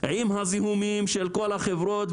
עם הזיהומים של כל החברות,